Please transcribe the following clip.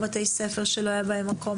לא שולבו בבתי ספר משום שלא היה בהם מקום